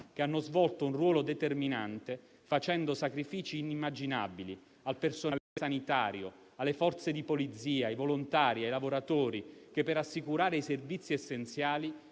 che hanno svolto un ruolo determinante, facendo sacrifici inimmaginabili; al personale sanitario, alle forze di polizia, ai volontari e ai lavoratori che, per assicurare i servizi essenziali,